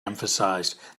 emphasized